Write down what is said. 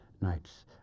nights